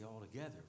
altogether